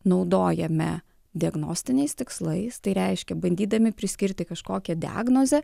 naudojame diagnostiniais tikslais tai reiškia bandydami priskirti kažkokią diagnozę